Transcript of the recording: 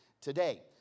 today